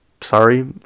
Sorry